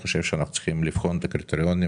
בהמשך לבג"ץ יחד רמת השרון.